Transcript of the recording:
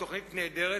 תוכנית נהדרת,